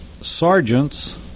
sergeants